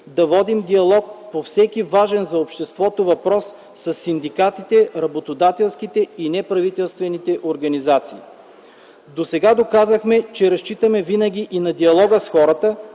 да водим диалог по всеки важен за обществото въпрос със синдикатите, работодателските и неправителствените организации. Досега доказахме, че разчитаме винаги и на диалога с хората,